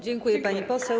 Dziękuję, pani poseł.